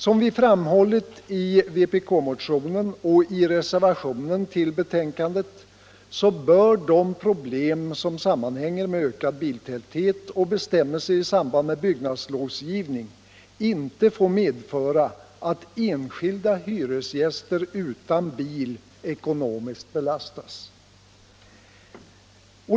Som vi framhållit i motionen och i reservationen till betänkandet bör de problem som sammanhänger med ökad biltäthet och bestämmelser i samband med byggnadslovsgivning inte få medföra att enskilda hyresgäster utan bil ekonomiskt belastas.